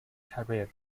career